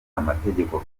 amategeko